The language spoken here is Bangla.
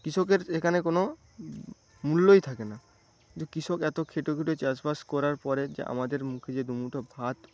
কৃষকের এখানে কোন মূল্যই থাকে না যে কৃষক এত খেটেখুটে চাষবাস করার পরে যে আমাদের মুখে যে দুমুঠো ভাত